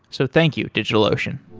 so thank you, digitalocean